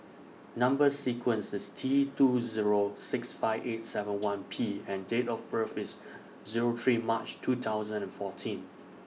Number sequence IS T two Zero six five eight seven one P and Date of birth IS Zero three March two thousand and fourteen